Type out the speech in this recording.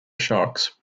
sharks